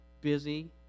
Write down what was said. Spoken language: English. busy